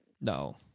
No